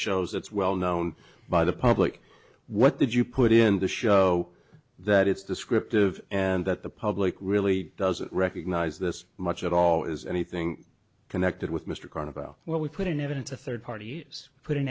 shows it's well known by the public what did you put in the show that it's descriptive and that the public really doesn't recognize this much at all is anything connected with mr card about what we put in evidence a third party use put in